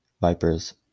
Vipers